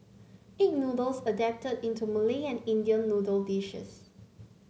egg noodles adapted into Malay and Indian noodle dishes